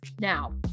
Now